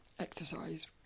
exercise